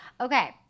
Okay